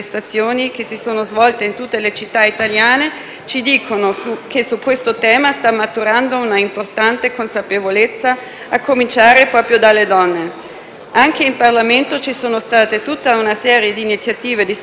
ci dicono che su questo tema sta maturando una importante consapevolezza, a cominciare proprio dalle donne. Anche in Parlamento ci sono state tutta una serie di iniziative di sensibilizzazione che vanno nella giusta direzione.